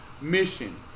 mission